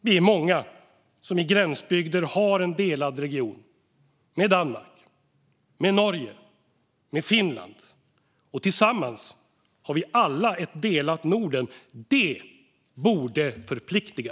Vi är många som i gränsbygder har en delad region med Danmark, med Norge och med Finland, och tillsammans har vi alla ett delat Norden. Det borde förplikta!